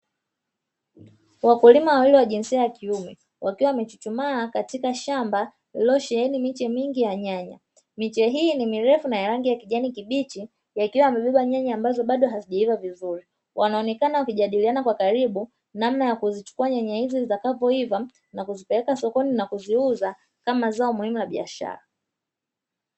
Wakulima wawili wa jinsia ya kiume wakiwa wamechuchumaa katika shamba lililosheheni miche mingi ya nyanya, miche hii ni mirefu na ya rangi ya kijani kibichi yakiwa yamebeba nyanya ambazo hazijaiva vizuri, wanaonekana wakijadiliana kwa karibu namna ya kuzichukua nyanya hizo zitakapoiva na kuzipeleka sokoni na kuziuza kama mazao muhimu ya biashara.